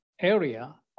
area